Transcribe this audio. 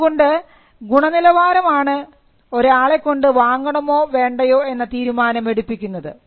അതുകൊണ്ട് ഗുണനിലവാരം ആണ് ഒരാളെക്കൊണ്ട് വാങ്ങണമോ വേണ്ടയോ എന്ന തീരുമാനം എടുപ്പിക്കുന്നത്